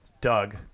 doug